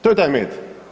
To je taj med.